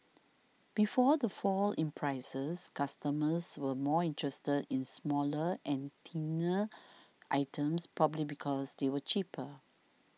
before the fall in prices customers were more interested in smaller and thinner items probably because they were cheaper